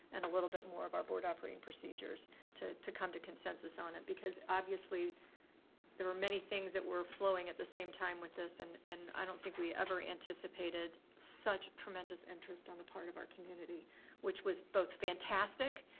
and a little bit more of our board operating procedures to to come to consensus on it. because obviously there were many things that were flowing at the same time with this and and i don't think we ever anticipated such tremendous interest on the part of our community which was both fantastic.